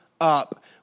up